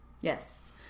yes